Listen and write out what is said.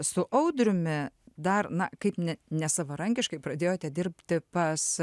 su audriumi dar na kaip ne nesavarankiškai pradėjote dirbti pas